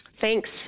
Thanks